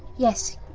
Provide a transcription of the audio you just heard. yes?